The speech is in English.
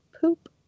poop